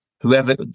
whoever